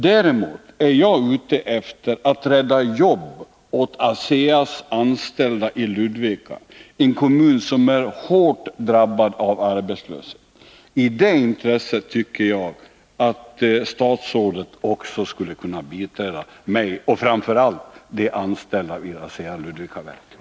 Däremot är jag ute efter att rädda jobb åt ASEA:s anställda i Ludvika, en kommun som är hårt drabbad av arbetslöshet. I det intresset tycker jag att statsrådet också skulle kunna biträda mig och framför allt de anställda vid ASEA, Ludvikaverken.